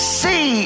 see